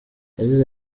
yagize